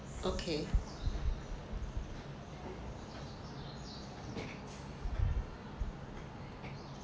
okay